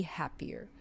happier